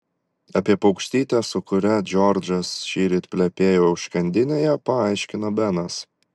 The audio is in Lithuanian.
apie paukštytę su kuria džordžas šįryt plepėjo užkandinėje paaiškino benas